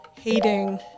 hating